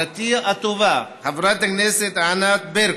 חברתי הטובה חברת הכנסת ענת ברקו,